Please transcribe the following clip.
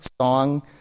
song